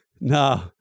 No